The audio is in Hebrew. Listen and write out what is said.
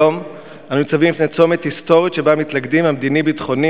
היום אנו ניצבים בפני צומת היסטורי שבו מתלכדים המדיני-ביטחוני,